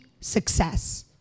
success